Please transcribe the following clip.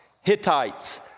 Hittites